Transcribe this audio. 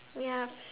ya